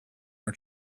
our